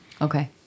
Okay